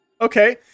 Okay